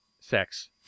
sex